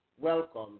welcome